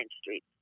Street